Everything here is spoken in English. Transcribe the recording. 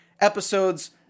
episodes